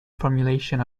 formulation